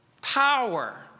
power